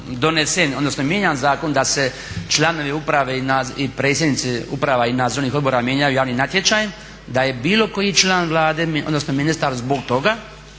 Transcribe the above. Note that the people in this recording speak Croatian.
odnosno mijenjan zakon da se članovi uprave i predsjednici uprava i nadzornih odbora mijenjaju javnim natječajem da je bilo koji član Vlade, odnosno ministar zbog toga